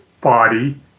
body